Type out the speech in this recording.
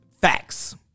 Facts